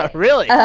ah really? yeah